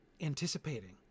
anticipating